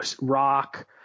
rock